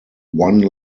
one